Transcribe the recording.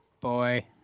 boy